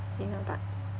same lah but